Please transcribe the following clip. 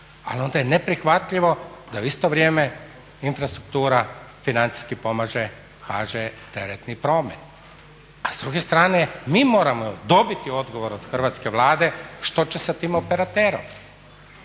Ali onda je neprihvatljivo da u isto vrijeme infrastruktura financijski pomaže HŽ teretni promet, a s druge strane mi moramo dobiti odgovor od hrvatske Vlade što će sa tim operaterom.